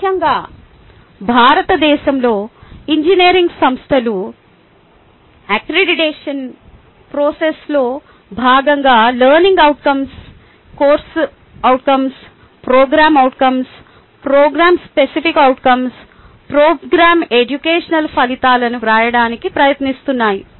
ముఖ్యంగా భారతదేశంలో ఇంజనీరింగ్ సంస్థలు అక్రిడిటేషన్ ప్రాసెస్లో భాగంగా learning outcomes course outcomes program outcomes program specific outcomes program educational ఫలితాలను వ్రాయడానికి ప్రయత్నిస్తున్నాయి